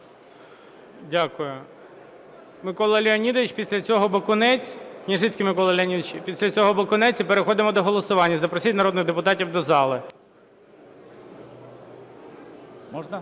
Дякую. Микола Леонідович, після цього – Бакунець. Княжицький Микола Леонідович, після цього – Бакунець, і переходимо до голосування. Запросіть народних депутатів до зали.